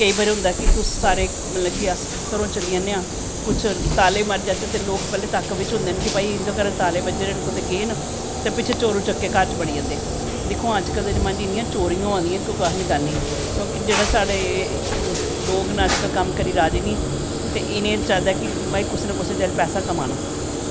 केंई बारी होंदा कि अस घरों चली जन्ने आं कुश ताल्ले मारी जाहचै कुश लोग तक्क बिच्च होंदे न कि इंदे घर ताले बज्जे दे न कुतै गे न ते पिच्छों चोर चक्के घर च बड़ी जंदे ते दिखमां अज्ज दे जमानें च इन्नियां चोरियां होआ दियां कि कुसै नै गल्ल नी क्योंकि जेह्ड़े साढ़े लोग न अज्ज कल कम्म करी राज़ी नी ते इनें चाही दा कि कुसे नैा कुसे चाल्ली पैसा कमाना